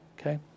okay